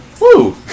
Woo